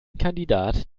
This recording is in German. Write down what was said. kandidat